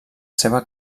seva